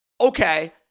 Okay